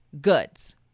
goods